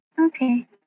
Okay